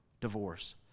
divorce